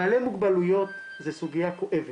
בעלי מוגבלויות זו סוגיה כואבת,